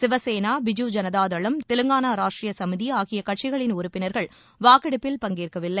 சிவ சேனா பிஜூ ஜனதா தளம் தெலுங்கானா ராஷ்டீரிய சுமிதி ஆகிய கட்சிகளின் உறுப்பினா்கள் வாக்கெடுப்பில் பங்கேற்கவில்லை